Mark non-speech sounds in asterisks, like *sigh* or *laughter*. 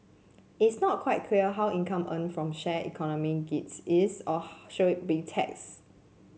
it's not quite clear how income earned from shared economy gigs is or *unintelligible* should it be taxed